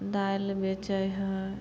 दालि बेचै हइ